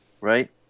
right